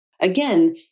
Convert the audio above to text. Again